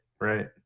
right